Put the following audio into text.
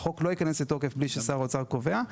החוק לא ייכנס לתוקף בלי ששר האוצר קובע,